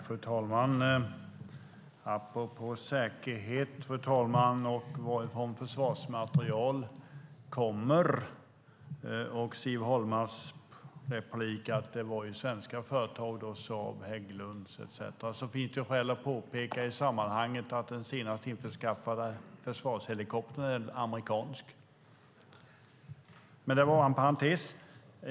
Fru talman! Apropå säkerhet, varifrån försvarsmateriel kommer och Siv Holmas replik om att det ju var svenska företag, Saab, Hägglunds etcetera, finns det skäl att påpeka att den senast införskaffade försvarshelikoptern är amerikansk. Men det var en parentes.